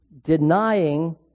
denying